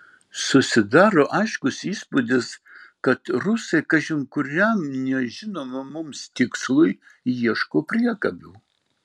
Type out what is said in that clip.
susidaro aiškus įspūdis kad rusai kažin kuriam nežinomam mums tikslui ieško priekabių